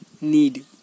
need